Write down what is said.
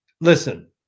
listen